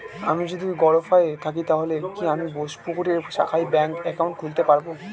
আমি যদি গরফায়ে থাকি তাহলে কি আমি বোসপুকুরের শাখায় ব্যঙ্ক একাউন্ট খুলতে পারবো?